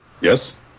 Yes